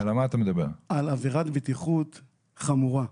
דיברתי על עבירת בטיחות חמורה.